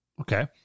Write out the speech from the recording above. Okay